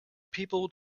people